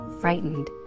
Frightened